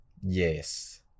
Yes